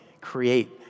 create